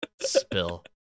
Spill